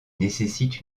nécessitent